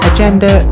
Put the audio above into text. Agenda